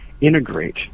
integrate